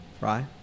right